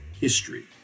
history